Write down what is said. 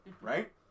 Right